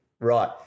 Right